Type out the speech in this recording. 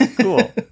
Cool